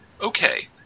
okay